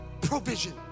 provision